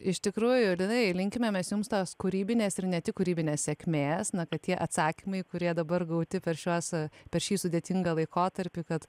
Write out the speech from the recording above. iš tikrųjų linai linkime mes jums kūrybinės ir ne tik kūrybinės sėkmės na kad tie atsakymai kurie dabar gauti per šiuos per šį sudėtingą laikotarpį kad